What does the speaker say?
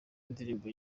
indirimbo